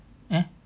!huh!